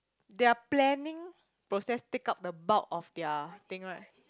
their planning process take up the bulk of their thing right